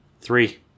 three